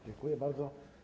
Dziękuję bardzo.